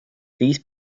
these